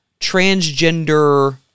transgender